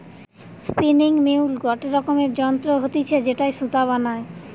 spinning mule গটে রকমের যন্ত্র হতিছে যেটায় সুতা বানায়